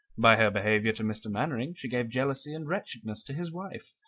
by her behaviour to mr. mainwaring she gave jealousy and wretchedness to his wife,